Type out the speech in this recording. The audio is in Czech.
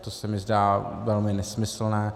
To se mi zdá velmi nesmyslné.